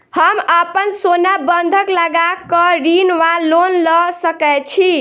हम अप्पन सोना बंधक लगा कऽ ऋण वा लोन लऽ सकै छी?